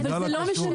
אבל זה לא משנה,